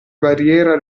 barriera